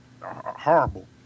horrible